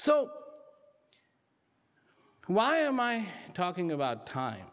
so why am i talking about time